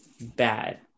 bad